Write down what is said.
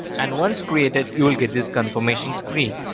and once created you will get this confirmation screen.